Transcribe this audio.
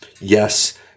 yes